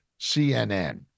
CNN